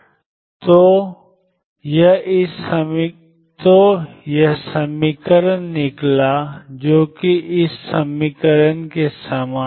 तो यह 12sin πxL 14sin 3πxL 14sin πxL निकला जो कि 34sin πxL 14sin 3πxL के समान है